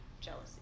jealousy